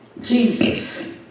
Jesus